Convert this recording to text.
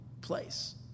place